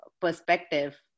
perspective